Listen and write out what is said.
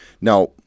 Now